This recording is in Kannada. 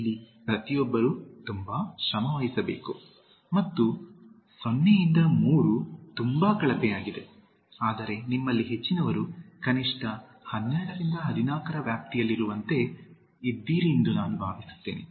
ಇಲ್ಲಿ ಪ್ರತಿ ಒಬ್ಬರು ತುಂಬಾ ಶ್ರಮವಹಿಸಬೇಕು ಮತ್ತು 0 ರಿಂದ 3 ತುಂಬಾ ಕಳಪೆಯಾಗಿದೆ ಆದರೆ ನಿಮ್ಮಲ್ಲಿ ಹೆಚ್ಚಿನವರು ಕನಿಷ್ಠ 12 ರಿಂದ 14 ರ ವ್ಯಾಪ್ತಿಯಲ್ಲಿರುವಂತೆ ನಾನು ಭಾವಿಸುತ್ತೇನೆ